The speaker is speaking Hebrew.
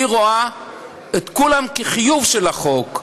היא רואה את כולם כחיוב של החוק.